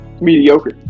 mediocre